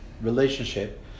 relationship